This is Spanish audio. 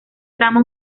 trama